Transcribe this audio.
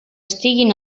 estiguin